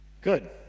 good